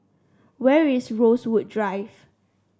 where is Rosewood Drive